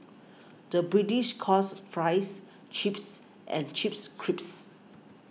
the British calls Fries Chips and Chips Crisps